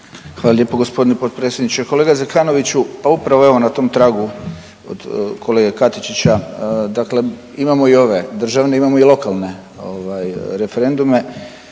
Hvala lijepo g. potpredsjedniče. Kolega Zekanoviću, pa upravo evo na tom tragu od kolege Katičića, dakle imamo i ove državne, imamo i lokalne ovaj referendume,